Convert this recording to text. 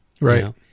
right